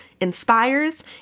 inspires